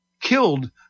killed